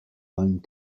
lined